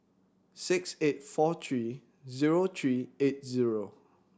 six eight four three zero three eight zero